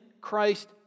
Christ